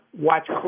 watch